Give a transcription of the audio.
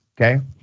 okay